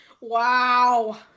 Wow